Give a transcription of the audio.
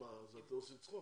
מה, אתם עושים צחוק?